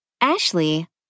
Ashley